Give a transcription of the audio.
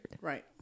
Right